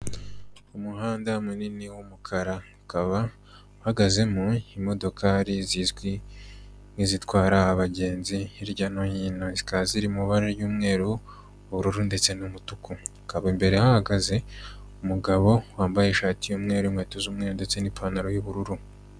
Umuhanda munini w'umukara ukaba uhagazemo imodokari zizwi, nk'izitwara abagenzi hirya no hino, zikaba ziri mu ibara ry'umweru, ubururu ndetse n'umutuku, hakaba imbere hahagaze umugabo wambaye ishati y'umweru, inkweto z'umweru ndetse n'ipantaro y'ubururu.